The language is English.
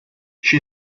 she